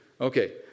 Okay